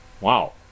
Wow